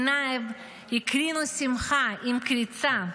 עיניו הקרינו שמחה עם קריצה.